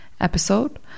episode